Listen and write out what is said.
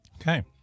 Okay